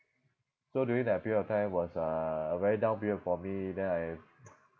so during that period of time was uh a very down period for me then I